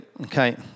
okay